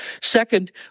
Second